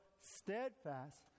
steadfast